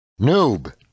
Noob